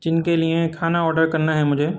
جن کے لیے کھانا آڈر کرنا ہے مجھے